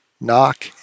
Knock